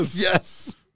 Yes